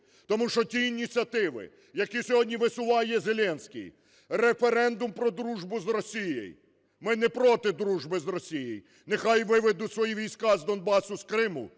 Тому що ті ініціативи, які сьогодні висуває Зеленський – референдум про дружбу з Росією. Ми не проти дружби з Росією. Нехай виведуть свої війська з Донбасу, з Криму,